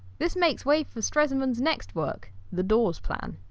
this makes way for stresemann's next work the dawes plan.